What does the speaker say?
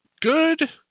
good